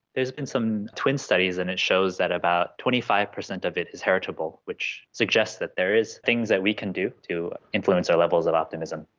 there has been some twin studies and it shows that about twenty five percent of it is heritable, which suggests that there are things that we can do to influence our levels of optimism.